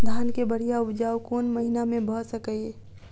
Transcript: धान केँ बढ़िया उपजाउ कोण महीना मे भऽ सकैय?